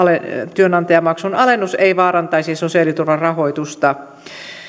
työnantajamaksun alennus ei vaarantaisi sosiaaliturvan rahoitusta